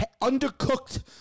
undercooked